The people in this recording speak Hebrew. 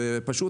ופשוט